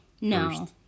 No